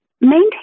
Maintain